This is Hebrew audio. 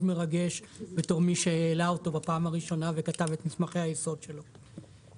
מרגש בתור מי שהעלה אותו בפעם הראשונה וכתב את מסמכי היסוד שלו.